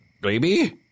baby